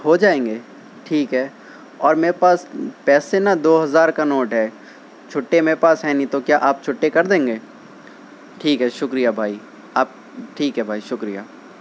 ہو جائیں گے ٹھیک ہے اور میرے پاس پیسے نا دو ہزار کا نوٹ ہے چھٹے میرے پاس ہے نہیں تو کیا آپ چھٹے کر دیں گے ٹھیک ہے شکریہ بھائی آپ ٹھیک ہے بھائی شکریہ